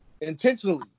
intentionally